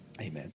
Amen